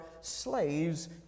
slaves